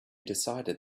decided